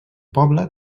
poble